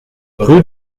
rue